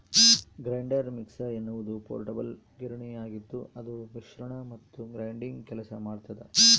grinder mixer ಎನ್ನುವುದು portable ಗಿರಣಿಯಾಗಿದ್ದುಅದು ಮಿಶ್ರಣ ಮತ್ತು ಗ್ರೈಂಡಿಂಗ್ ಕೆಲಸ ಮಾಡ್ತದ